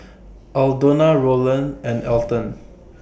Aldona Rolland and Elton